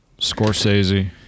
Scorsese